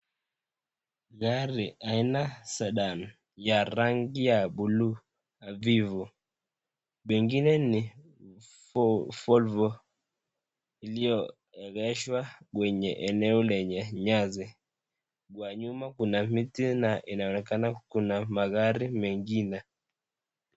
Gari aina Sedan ya rangi ya buluu hafifu, pengine ni Volvo iliyoegeshwa kwenye eneo lenye nyasi. Kwa nyuma kuna miti na inaonekana kuna magari mengine.